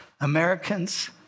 Americans